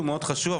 הוא מאוד חשוב,